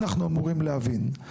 אנחנו אמורים להבין,